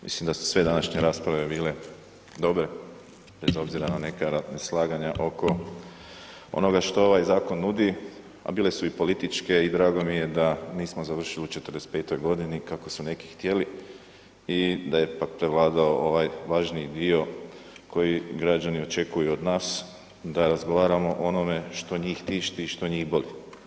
Mislim da su sve današnje rasprave bile dobre, bez obzira na neka neslaganja oko onoga što ovaj zakon nudi, a bile su i političke i drago mi je da nismo završili u '45.-toj godini kako su neki htjeli i da je ipak prevladao ovaj važniji dio koji građani očekuju od nas da razgovaramo o onome što njih tišti i što njih boli.